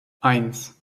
eins